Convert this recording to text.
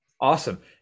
Awesome